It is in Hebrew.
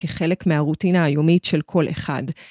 כחלק מהרוטינה היומית של כל אחד.